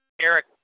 Eric